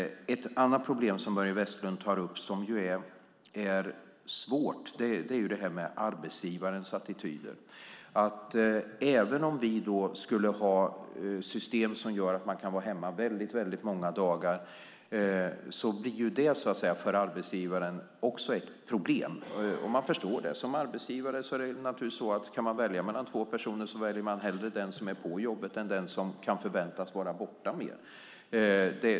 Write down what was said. Ett annat svårt problem som Börje Vestlund tar upp är arbetsgivarens attityder. Även om vi skulle ha system som gör att man kan vara hemma väldigt många dagar blir det också ett problem för arbetsgivaren. Vi kan förstå det. Kan man som arbetsgivare välja mellan två personer väljer man hellre den som är på jobbet än den som kan förväntas vara borta mer.